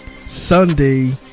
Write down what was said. Sunday